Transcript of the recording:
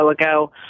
ago